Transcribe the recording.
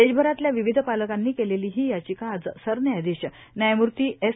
देशभरातल्या विविध पालकांनी केलेली ही याचिका आज सरन्यायाधीश न्यायमूर्ती एस